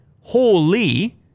holy